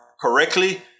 correctly